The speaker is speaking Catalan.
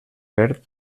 verd